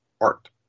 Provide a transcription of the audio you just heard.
art